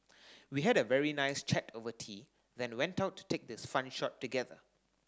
we had a very nice chat over tea then went out to take this fun shot together